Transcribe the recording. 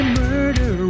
murder